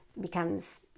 becomes